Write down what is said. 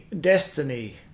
destiny